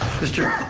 mr.